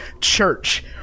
church